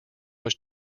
was